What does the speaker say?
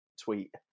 tweet